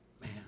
Man